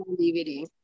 DVD